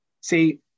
See